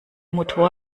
motor